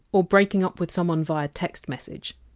or breaking up with someone by text message?